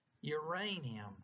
uranium